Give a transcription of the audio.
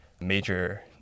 major